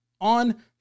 on